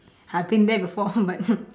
I've been there before but